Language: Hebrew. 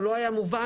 הוא לא היה מובן